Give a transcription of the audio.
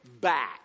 back